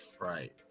right